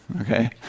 Okay